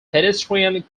pedestrian